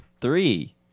Three